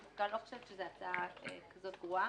אני לא חושבת שזו הצעה כזו גרועה.